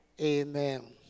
Amen